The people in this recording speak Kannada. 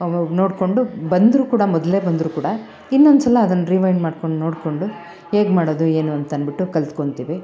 ನೋಡಿಕೊಂಡು ಬಂದರೂ ಕೂಡ ಮೊದಲೇ ಬಂದರೂ ಕೂಡ ಇನ್ನೊಂದ್ಸಲ ಅದನ್ನು ರಿವೈಂಡ್ ಮಾಡಿಕೊಂಡು ನೋಡಿಕೊಂಡು ಹೇಗೆ ಮಾಡೋದು ಏನು ಅಂತ ಅನ್ಬಿಟ್ಟು ಕಲ್ತ್ಕೊತಿವಿ